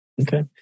Okay